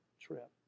trip